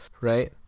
right